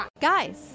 Guys